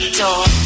door